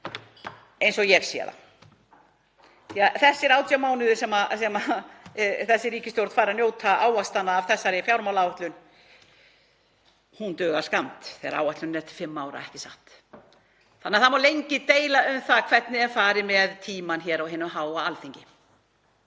eins og ég sé það. Þessir 18 mánuðir sem þessi ríkisstjórn fær að njóta ávaxtanna af þessari fjármálaáætlun duga skammt þegar áætlunin er til fimm ára, ekki satt? Það má því lengi deila um það hvernig er farið með tímann hér á hinu háa Alþingi.